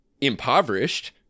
impoverished